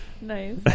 Nice